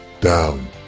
down